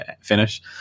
finish